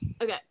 Okay